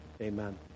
Amen